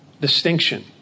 distinction